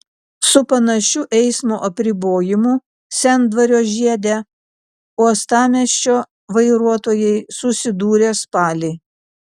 su panašiu eismo apribojimu sendvario žiede uostamiesčio vairuotojai susidūrė spalį